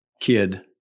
kid